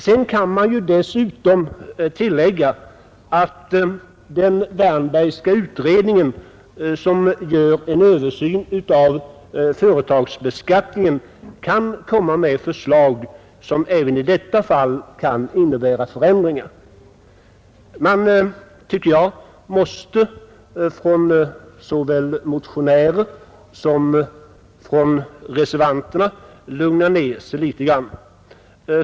Dessutom kan man tillägga, att den Wärnbergska utredningen — som gör en översyn av företagsbeskattningen — kan komma med förslag som även i detta fall kan innebära förändringar. Jag tycker att man både bland motionärer och reservanter måste lugna ner sig litet grand.